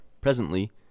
Presently